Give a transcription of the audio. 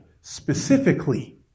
specifically